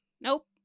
Nope